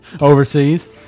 Overseas